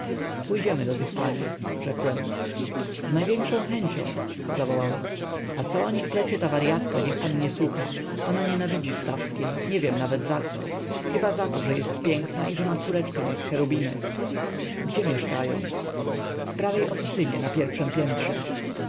pójdziemy do tych pań rzekłem z największą chęcią zawołał a co o nich plecie ta waryatka niech pan nie słucha ona nienawidzi stawskiej nie wiem nawet zaco chyba zato że jest piękna i ma córeczkę jak cherubinek gdzie mieszkają w prawej oficynie na pierwszem piętrze